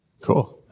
Cool